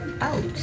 out